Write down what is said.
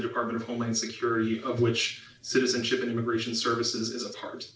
the department of homeland security of which citizenship and immigration service is a part